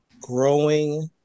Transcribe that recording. growing